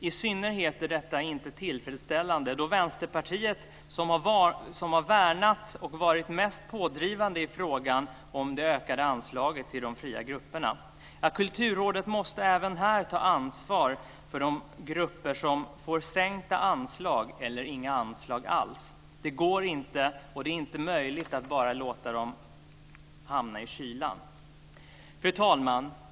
I synnerhet är detta inte tillfredsställande för Vänsterpartiet som har värnat detta och varit mest pådrivande i frågan om det ökande anslaget till de fria grupperna. Kulturrådet måste även här ta ansvar för de grupper som får sänkta anslag eller inga anslag alls. Det går inte, och är inte möjligt, att bara låta dem hamna i kylan. Fru talman!